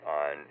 on